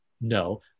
No